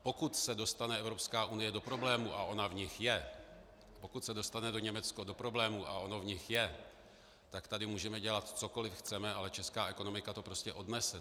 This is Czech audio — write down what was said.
Pokud se dostane Evropská unie do problémů, a ona v nich je, pokud se dostane Německo do problémů, a ono v nich je, tak tady můžeme dělat, cokoliv chceme, ale česká ekonomika to prostě odnese.